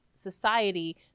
society